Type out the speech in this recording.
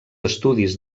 estudis